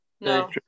No